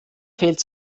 fehlt